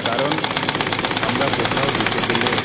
কারণ আমরা কোথাও যেতে গেলে